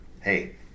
hey